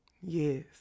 Yes